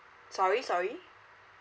sorry sorry